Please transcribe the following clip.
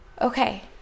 Okay